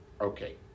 okay